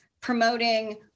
promoting